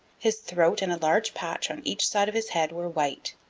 his throat and a large patch on each side of his head were white.